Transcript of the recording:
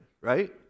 right